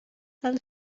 tal